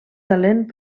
talent